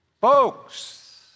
Folks